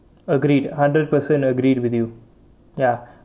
agreed hundred percent agreed with you ya